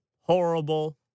horrible